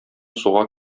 суга